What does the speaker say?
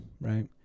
right